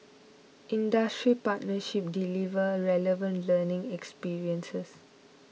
industry partnerships deliver relevant learning experiences